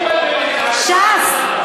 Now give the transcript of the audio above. ש"ס?